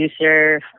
producer